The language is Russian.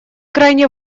крайне